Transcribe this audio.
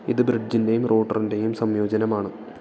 ഇത് ബ്രിഡ്ജിന്റെയും റൂട്ടറിന്റെയും സംയോജനമാണ്